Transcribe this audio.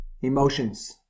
emotions